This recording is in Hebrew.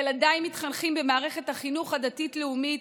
ילדיי מתחנכים במערכת החינוך הדתית-לאומית,